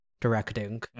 directing